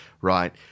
Right